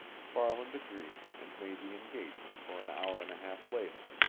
farland agreed, and made the engagement for an hour and a half later,